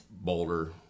Boulder